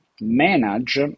manage